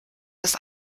das